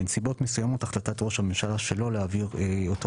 בנסיבות מסוימות החלטת ראש הממשלה שלא להעביר אותו